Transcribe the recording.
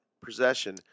possession